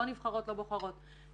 לא נבחרות לא בוחרות.